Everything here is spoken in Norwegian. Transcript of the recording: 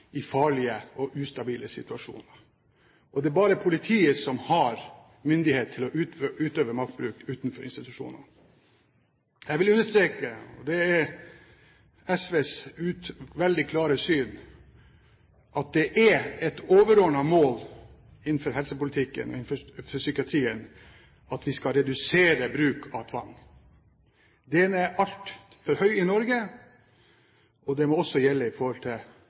i farlige og ustabile situasjoner. Det er bare politiet som har myndighet til å utøve maktbruk utenfor institusjonene. Jeg vil understreke, og det er SVs veldig klare syn, at det er et overordnet mål innenfor helsepolitikken og innenfor psykiatrien at vi skal redusere bruken av tvang. Den er altfor høy i Norge, og det må også gjelde